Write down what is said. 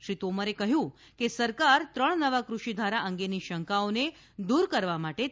શ્રી તોમરે કહ્યું કે સરકાર ત્રણ નવા કૃષિધારા અંગેની શંકાઓને દૂર કરવા માટે તૈયાર છે